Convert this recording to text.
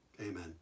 Amen